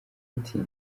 ati